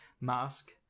Mask